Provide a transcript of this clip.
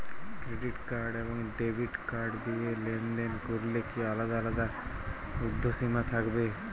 Credit card এবং debit card দিয়ে লেনদেন করলে কি আলাদা আলাদা ঊর্ধ্বসীমা থাকবে?